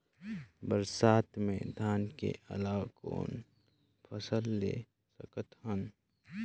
बरसात मे धान के अलावा कौन फसल ले सकत हन?